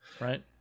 right